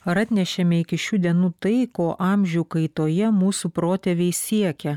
ar atnešėme iki šių dienų tai ko amžių kaitoje mūsų protėviai siekė